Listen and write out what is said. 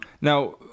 Now